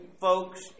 folks